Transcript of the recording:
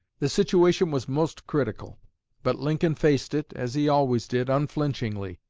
the situation was most critical but lincoln faced it, as he always did, unflinchingly.